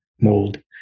mold